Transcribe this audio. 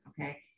okay